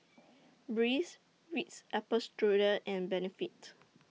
Breeze Ritz Apple Strudel and Benefit